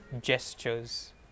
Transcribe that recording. gestures